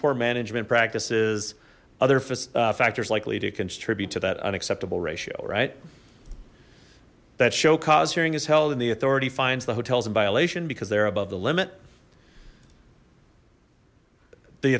poor management practices other factors likely to contribute to that unacceptable ratio right that show cause hearing is held and the authority finds the hotels in violation because they're above the limit the